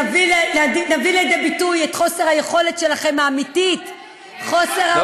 שנביא לידי ביטוי את חוסר היכולת האמיתית שלכם